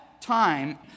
time